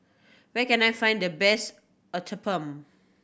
where can I find the best Uthapam